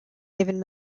given